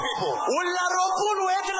people